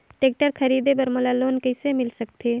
Tractor खरीदे बर मोला लोन कइसे मिल सकथे?